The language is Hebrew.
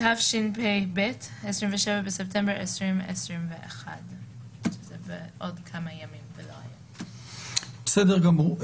התשפ"ב (27 בספטמבר 2021). בסדר גמור.